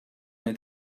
wnei